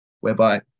whereby